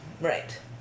right